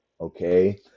Okay